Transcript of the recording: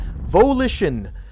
Volition